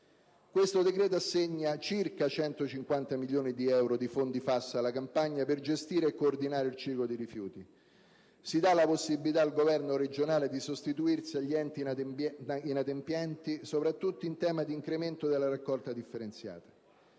Questo decreto-legge assegna circa 150 milioni di euro di fondi FAS alla Campania per gestire e coordinare il ciclo dei rifiuti; dà la possibilità al Governo regionale di sostituirsi agli enti inadempienti, soprattutto in tema di incremento della raccolta differenziata;